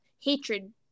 Hatred